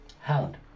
hound